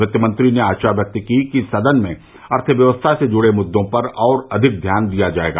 वित्त मंत्री ने आशा व्यक्त की कि सदन में अर्थव्यवस्था से जुड़े मुद्दों पर और अधिक ध्यान दिया जायेगा